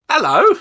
Hello